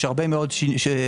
יש הרבה מאוד סיועים,